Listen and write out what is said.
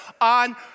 On